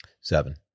Seven